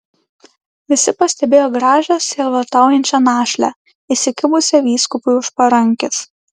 visi pastebėjo gražią sielvartaujančią našlę įsikibusią vyskupui už parankės